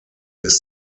ist